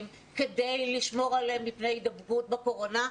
כדי לשמור עליהם מפני הידבקות בקורונה,